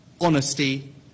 honesty